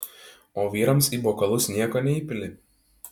o vyrams į bokalus nieko neįpili